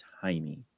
tiny